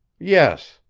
yes,